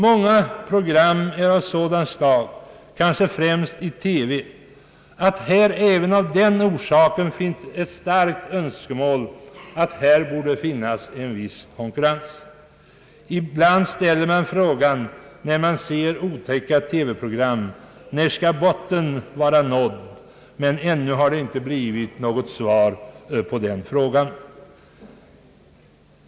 Många program är av sådant slag, kanske främst i TV, att det även av den orsaken finns ett starkt önskemål att här borde finnas en viss konkurrens. Ibland ställer man frågan då man ser otäcka TV-program när botten skall vara nådd, men ännu har det inte blivit något svar på den frågan.